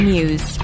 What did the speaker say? News